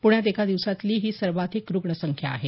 पुण्यात एका दिवसातली ही सर्वाधिक रुग्ण संख्यावाढ आहे